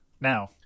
Now